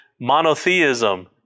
monotheism